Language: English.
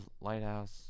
Lighthouse